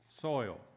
soil